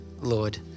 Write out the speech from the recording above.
Lord